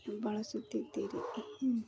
ಬಳಸುತ್ತಿದ್ದೀರಿ